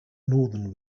northern